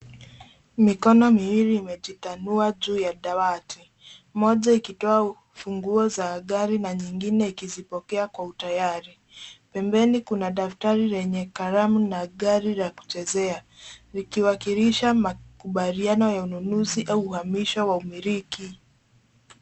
Mikono miwili imejitanua juu ya dawati, mmoja ukitoa funguo za gari na nyingine ikizipokea kwa utayari. Pembeni kuna daftari lenye kalamu na gari la kuchezea, likiwakilisha makubaliano ya ununuzi au uhamisho wa umiliki.